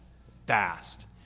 fast